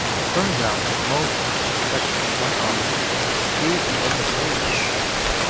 it turns out that most textbooks like ours use the end of period convention.